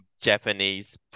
Japanese